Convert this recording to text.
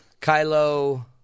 Kylo